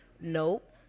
Nope